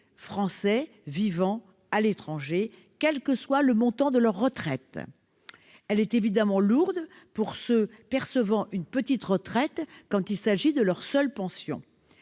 français vivant à l'étranger, quel que soit le montant de leur retraite. Elle est évidemment lourde pour les non-résidents fiscaux percevant une « petite retraite » quand il s'agit de leur seule pension.